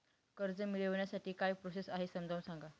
कर्ज मिळविण्यासाठी काय प्रोसेस आहे समजावून सांगा